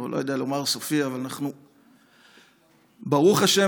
או לא יודע אם לומר סופי אבל ברוך השם